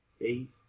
Eight